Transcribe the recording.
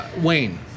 Wayne